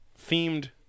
themed